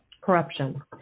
corruption